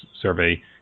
survey